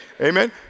Amen